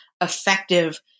effective